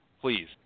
please